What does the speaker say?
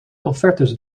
offertes